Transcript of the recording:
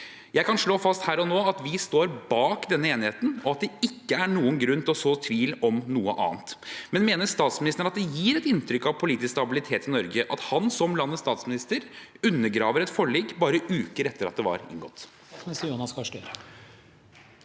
Jeg kan slå fast her og nå at vi står bak denne enigheten, og at det ikke er noen grunn til å så tvil om det. Mener statsministeren at det gir et inntrykk av politisk stabilitet i Norge at han, som landets statsminister, undergraver et forlik bare uker etter at det ble inngått?